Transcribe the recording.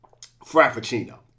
Frappuccino